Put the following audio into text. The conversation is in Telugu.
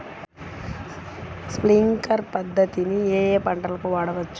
స్ప్రింక్లర్ పద్ధతిని ఏ ఏ పంటలకు వాడవచ్చు?